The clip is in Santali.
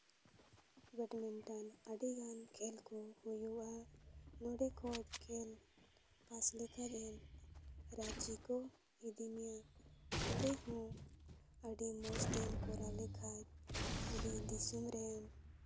ᱵᱮᱰ ᱢᱤᱱᱴᱚᱱ ᱟᱹᱰᱤ ᱜᱟᱱ ᱠᱷᱮᱞ ᱠᱚ ᱦᱩᱭᱩᱜᱼᱟ ᱱᱚᱰᱮ ᱠᱷᱚᱡ ᱠᱷᱮᱞ ᱯᱟᱥ ᱞᱮᱠᱷᱟᱡ ᱮᱢ ᱨᱟᱺᱪᱤ ᱠᱚ ᱤᱫᱤ ᱢᱮᱭᱟ ᱚᱸᱰᱮ ᱦᱚᱸ ᱟᱹᱰᱤ ᱢᱚᱡᱽᱛᱮᱢ ᱠᱚᱨᱟᱣ ᱞᱮᱠᱷᱟᱡ ᱟᱹᱰᱤ ᱫᱤᱥᱚᱢ ᱨᱮᱢ